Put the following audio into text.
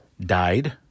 died